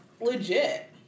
legit